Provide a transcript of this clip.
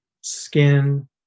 skin